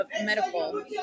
medical